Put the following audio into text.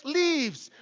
leaves